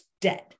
dead